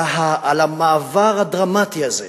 על המעבר הדרמטי הזה,